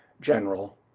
general